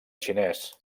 xinès